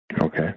Okay